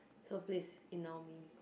so please ignore me